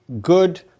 good